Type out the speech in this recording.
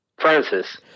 francis